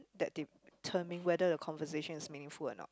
that determine whether the conversation is meaningful a not